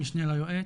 המשנה ליועץ,